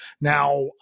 Now